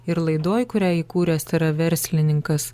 ir laidoj kurią įkūręs tėra verslininkas